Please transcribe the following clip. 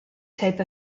type